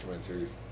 series